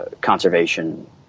conservation